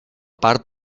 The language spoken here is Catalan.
part